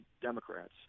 democrats